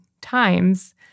times